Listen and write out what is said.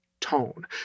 tone